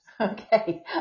okay